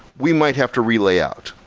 we might have to re-layout,